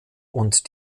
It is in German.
und